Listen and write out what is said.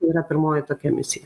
yra pirmoji tokia misija